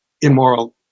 immoral